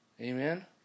Amen